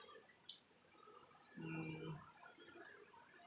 mm